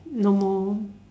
no more